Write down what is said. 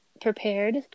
prepared